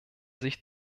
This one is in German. sich